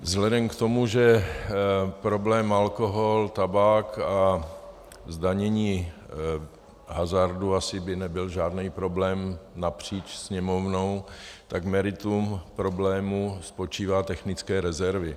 Vzhledem k tomu, že problém alkoholu, tabáku a zdanění hazardu asi by nebyl žádný problém napříč Sněmovnou, tak meritum problému spočívá v technických rezervách.